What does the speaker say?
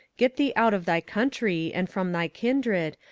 get thee out of thy country, and from thy kindred,